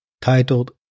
titled